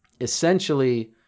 essentially